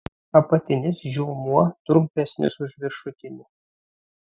apatinis žiomuo trumpesnis už viršutinį